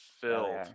filled